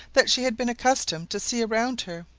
that she had been accustomed to see around her.